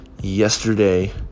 Yesterday